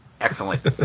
Excellent